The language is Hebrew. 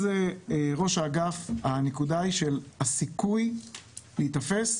הגורם המשפיע הוא הסיכוי להיתפס,